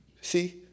See